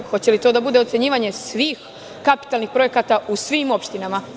Hoće li to da bude ocenjivanje svih kapitalnih projekata u svim opštinama?